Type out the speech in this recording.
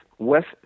west